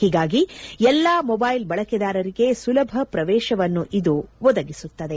ಹೀಗಾಗಿ ಎಲ್ಲಾ ಮೊಬೈಲ್ ಬಳಕೆದಾರರಿಗೆ ಸುಲಭ ಪ್ರವೇಶವನ್ನು ಇದು ಒದಗಿಸುತ್ತದೆ